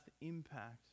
impact